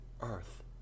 earth